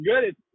good